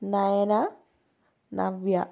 Nayana Navya